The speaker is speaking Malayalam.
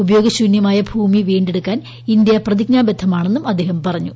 ഉപയോഗശൂന്യമായി ഭൂമി വീണ്ടെടുക്കാൻ ഇന്ത്യ പ്രതിജ്ഞാബദ്ധമാണെന്നും അദ്ദേഹം പറഞ്ഞു